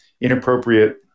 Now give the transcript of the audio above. inappropriate